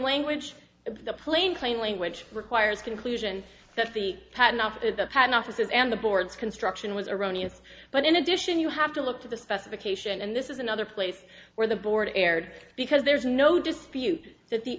language of the plain plain language requires conclusion that the patent office at the patent offices and the board's construction was erroneous but in addition you have to look to the specification and this is another place where the board erred because there's no dispute that the